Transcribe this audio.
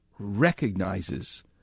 Recognizes